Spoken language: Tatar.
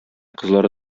кызлары